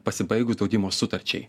pasibaigus draudimo sutarčiai